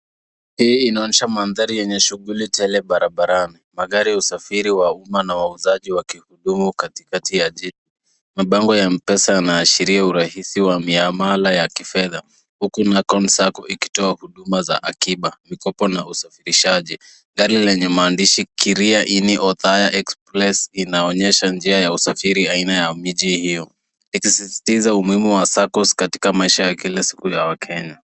Hii inaonyesha mandhari yenye shughuli tele barabarani. Magari ya usafiri wa umma na wauzaji wakihudumu katikati ya jiji. Mabango ya Mpesa yanaashiria urahisi wa mihamala ya kifedha huku Nakon Sacco ikitoa huduma ya fedha, mikopo na usafirishaji. Gari lenye maandishi Kiriaini Othaya Express inaonyesha njia ya usafiri baina ya miji hiyo ikisisitiza umuhimu wa Saccos katika maisha ya kila siku ya Wakenya.